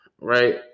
right